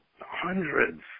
hundreds